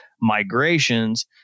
migrations